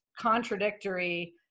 contradictory